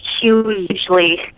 hugely